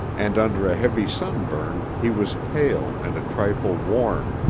and under a heavy sunburn he was pale and a trifle worn,